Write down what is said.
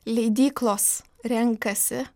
leidyklos renkasi